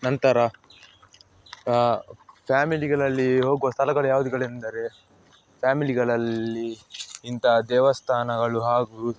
ನಂತರ ಫ್ಯಾಮಿಲಿಗಳಲ್ಲಿ ಹೋಗುವ ಸ್ಥಳಗಳು ಯಾವುದ್ಗಳೆಂದರೆ ಫ್ಯಾಮಿಲಿಗಳಲ್ಲಿ ಇಂಥ ದೇವಸ್ಥಾನಗಳು ಹಾಗೂ